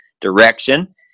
direction